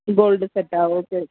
gold செட்டா okay okay